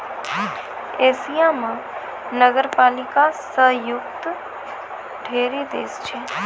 Asia म नगरपालिका स युक्त ढ़ेरी देश छै